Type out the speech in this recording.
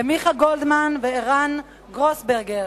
למיכה גולדמן ולערן גרוסברגר.